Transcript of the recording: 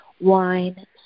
wine